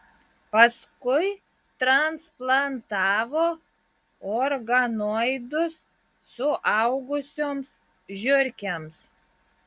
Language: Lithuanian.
paskui transplantavo organoidus suaugusioms žiurkėms